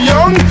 Young